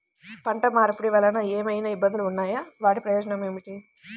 పంట మార్పిడి వలన ఏమయినా ఇబ్బందులు ఉన్నాయా వాటి ప్రయోజనం ఏంటి?